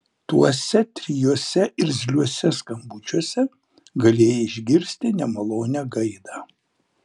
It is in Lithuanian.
tuose trijuose irzliuose skambučiuose galėjai išgirsti nemalonią gaidą